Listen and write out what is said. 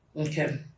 Okay